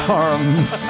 arms